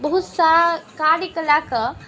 बहुत सारा कार्यके लऽ कऽ